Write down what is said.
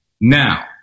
Now